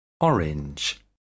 Orange